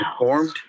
informed